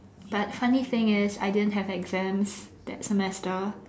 but funny thing is I didn't have exams that semester